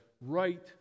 right